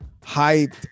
hyped